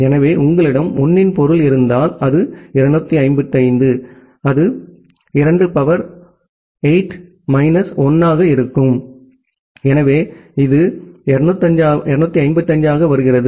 எனவே உங்களிடம் 1 இன் பொருள் இருந்தால் அது 255 2 சக்தி 8 கழித்தல் 1 ஆக இருக்கும் எனவே இது 255 ஆக வருகிறது